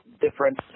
difference